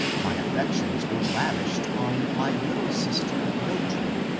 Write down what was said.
my affections were lavished on my little sister mildred,